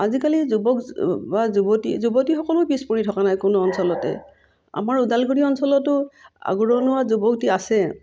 আজিকালি যুৱক বা যুৱতী যুৱতীসকলো পিছপৰি থকা নাই কোনো অঞ্চলতে আমাৰ ওদালগুৰি অঞ্চলতো আগৰণোৱা যুৱতী আছে